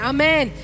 Amen